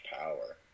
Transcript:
power